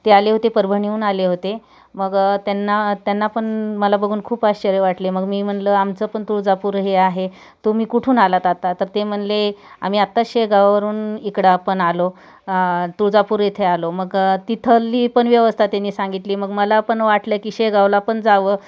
ते आले होते परभणी होऊन आले होते मग त्यांना त्यांना पण मला बघून खूप आश्चर्य वाटले मग मी म्हणलं आमचं पण तुळजापूर हे आहे तो मी कुठून आलात आता तर ते म्हणले आम्ही आत्ता शेगाववरून इकडं पण आलो तुळजापूर येथे आलो मग तेथली पण व्यवस्था त्यांनी सांगितली मग मला पण वाटलं की शेगावला पण जावं